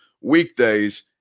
weekdays